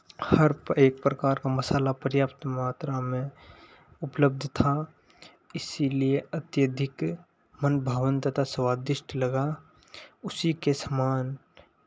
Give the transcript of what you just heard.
हर एक प्रकार का मसाला पर्याप्त मात्रा में उपलब्ध था इसीलिए अत्यधिक मनभावन तथा स्वादिष्ट लगा उसी के समान